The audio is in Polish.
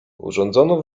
urządzono